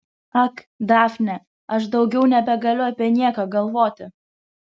ak dafne aš daugiau nebegaliu apie nieką galvoti